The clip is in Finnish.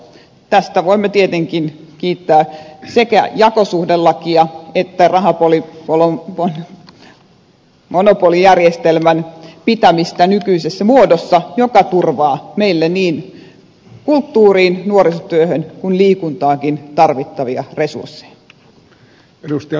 tästä voimme tietenkin kiittää sekä jakosuhdelakia että rahamonopolijärjestelmän pitämistä nykyisessä muodossa joka turvaa meille niin kulttuuriin nuorisotyöhön kuin liikuntaankin tarvittavia resursseja